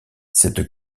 cette